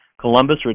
Columbus